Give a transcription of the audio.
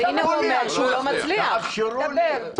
תאפשרו לי.